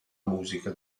musica